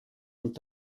und